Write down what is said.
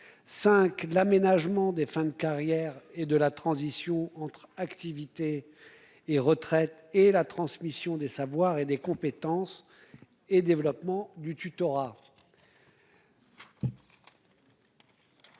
l'aménagement des fins de carrière et de la transition entre activité et retraite et la transmission des savoirs et des compétences et développement du tutorat.